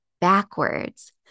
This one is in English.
backwards